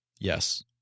Yes